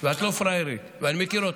ואת לא פראיירית, ואני מכיר אותך.